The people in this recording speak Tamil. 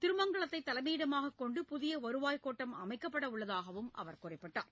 திருமங்கலத்தை தலைமையிடமாக கொண்டு புதிய வருவாய் கோட்டம் அமைக்கப்படவுள்ளதாகவும் அவர் குறிப்பிட்டார்